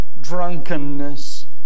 drunkenness